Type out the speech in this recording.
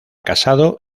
casado